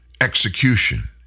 execution